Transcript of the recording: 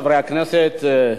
חברי הכנסת,